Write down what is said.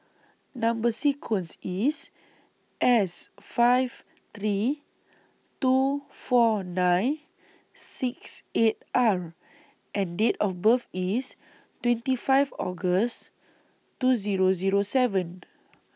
Number sequence IS S five three two four nine six eight R and Date of birth IS twenty five August two Zero Zero seven